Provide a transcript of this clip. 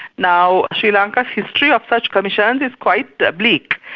now, sri lankan history of such commissions is quite bleak.